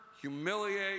humiliate